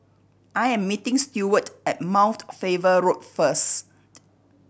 I am meeting Stuart at Mount Faber Road first